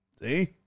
See